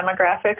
demographics